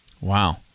Wow